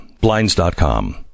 Blinds.com